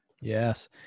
Yes